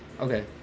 okay